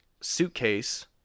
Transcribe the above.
suitcase